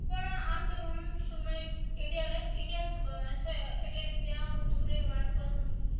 પણ આમ તો આમ સમય ઈન્ડિયા જ ગમે છે એટલે ત્યાં વધુ રહેવાનું પંસદ